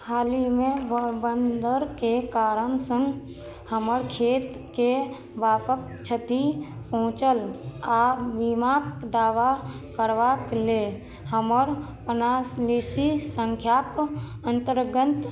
हालहिमे बन्दरके कारणसँ हमर खेतके व्यापक क्षति पहुँचल आओर बीमाक दावा करबाक लेल हमर पालिसी सङ्ख्याक अन्तर्गन्त